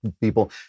people